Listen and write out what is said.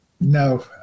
No